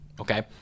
okay